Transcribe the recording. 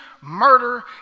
murder